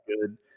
good